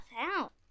out